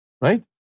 right